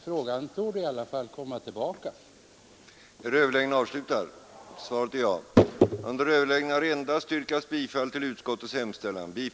Frågan torde därför i alla fall komma tillbaka till riksdagen.